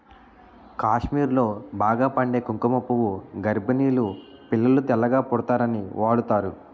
కాశ్మీర్లో బాగా పండే కుంకుమ పువ్వు గర్భిణీలు పిల్లలు తెల్లగా పుడతారని వాడుతారు